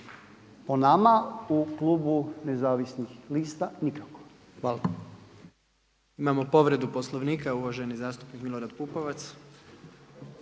Po nama u klubu nezavisnih lista nikako. Hvala. **Jandroković, Gordan (HDZ)** Imamo povredu Poslovnika uvaženi zastupnik Milorad Pupovac.